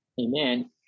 Amen